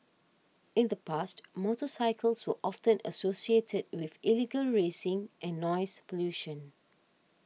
in the past motorcycles were often associated with illegal racing and noise pollution